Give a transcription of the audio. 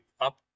up